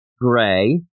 Gray